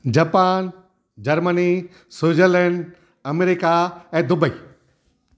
Japan Germany Switzerland America ऐं Dubai